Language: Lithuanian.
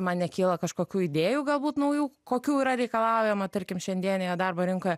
man nekyla kažkokių idėjų galbūt naujų kokių yra reikalaujama tarkim šiandienėje darbo rinkoje